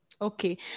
Okay